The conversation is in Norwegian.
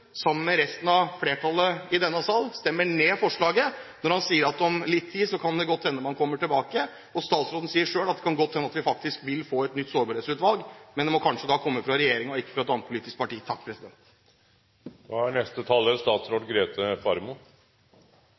om noe tid kan det godt hende at man kommer tilbake, og statsråden sier selv at det kan godt hende at vi faktisk vil få et nytt sårbarhetsutvalg. Men det må kanskje da komme fra regjeringen og ikke fra et annet politisk parti.